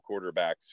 quarterbacks